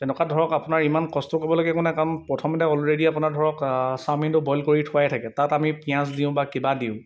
তেনেকুৱাত ধৰক আপোনাৰ ইমান কষ্ট কৰিবলগীয়া একো নাই কাৰণ প্ৰথমতে অলৰেডি আপোনাৰ ধৰক চাওমিনটো বইল কৰি থোৱাই থাকে তাত আমি পিঁয়াজ দিওঁ বা কিবা দিওঁ